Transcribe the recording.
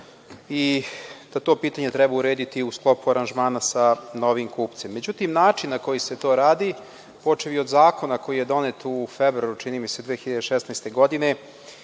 i da to pitanje treba urediti u sklopu aranžmana sa novim kupcem. Međutim, način na koji se to radi, počev i od zakona koji je donet u februaru, čini mi se, 2016. godine,